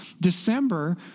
December